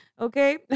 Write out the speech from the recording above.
Okay